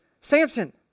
Samson